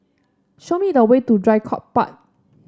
show me the way to Draycott Park